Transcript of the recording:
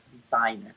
designer